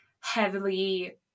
heavily